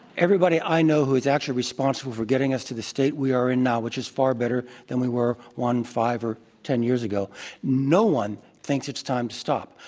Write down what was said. everybody i know who's actually responsible for getting us to the state we are in now, which is far better than we were one five or ten years ago no one thinks it's time to stop.